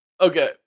Okay